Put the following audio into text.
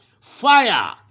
fire